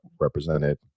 represented